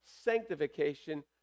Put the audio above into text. sanctification